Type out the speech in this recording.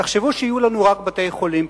תחשבו שיהיו לנו רק בתי-חולים פרטיים,